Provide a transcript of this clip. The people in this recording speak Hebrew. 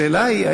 השאלה היא,